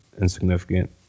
insignificant